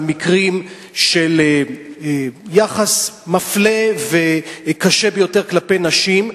מקרים של יחס מפלה וקשה ביותר כלפי הנשים.